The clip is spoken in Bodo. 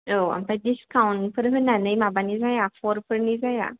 औ ओमफ्राय दिसकाउन्टफोर होनानै माबामि जाया फरफोरनि जाया